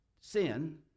sin